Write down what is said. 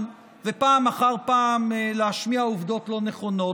ופעם אחר פעם להשמיע עובדות לא נכונות,